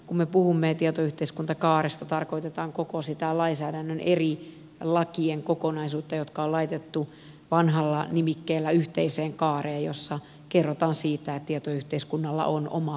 kun me puhumme tietoyhteiskuntakaaresta tarkoitetaan koko sitä lainsäädännön eri lakien kokonaisuutta jotka on laitettu vanhalla nimikkeellä yhteiseen kaareen jossa kerrotaan siitä että tietoyhteiskunnalla on oma lainsäädäntönsä